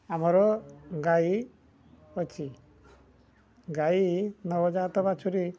ଆମର ଗାଈ ଅଛି ଗାଈ ନବଜାତ ବାଛୁରୀ